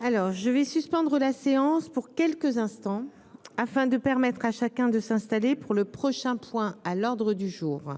Alors je vais suspendre la séance pour quelques instants afin de permettre à chacun de s'installer pour le prochain point à l'ordre du jour,